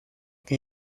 que